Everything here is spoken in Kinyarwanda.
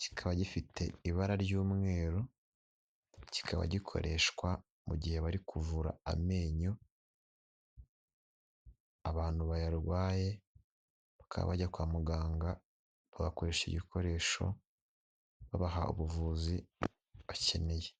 kikaba gifite ibara ry'umweru, kikaba gikoreshwa mu gihe bari kuvura amenyo abantu bayarwaye bakaba bajya kwa muganga bagakoresha iki gikoresho babaha ubuvuzi bakeneye.